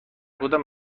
کدام